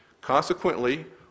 Consequently